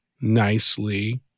nicely